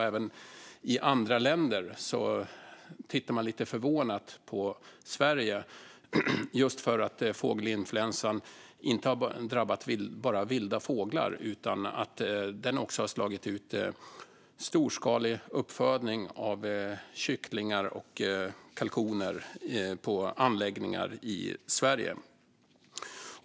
Även i andra länder tittar man lite förvånat på Sverige just för att fågelinfluensan inte har drabbat bara vilda fåglar utan också slagit ut storskalig uppfödning av kycklingar och kalkoner på anläggningar i Sverige.